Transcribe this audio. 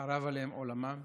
שחרב עליהן עולמן,